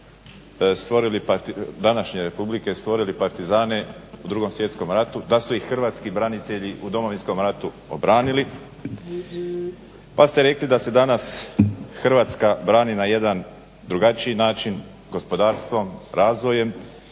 granice današnje republike stvorili partizani u Drugom svjetskom ratu, da su ih hrvatski branitelji u Domovinskom ratu obranili, pa ste rekli da se danas Hrvatska brani na jedan drugačiji način, gospodarstvom, razvojem